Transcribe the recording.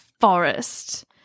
forest